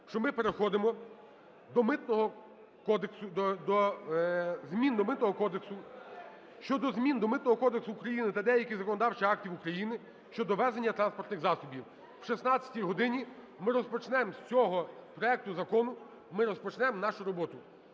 кодексу, щодо змін до Митного кодексу України та деяких законодавчих актів України щодо ввезення транспортних засобів. О 16 годині ми розпочнемо, з цього проекту закону ми розпочнемо нашу роботу.